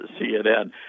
CNN